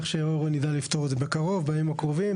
שאורן ידע לפתור את זה בימים הקרובים.